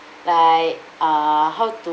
like uh how to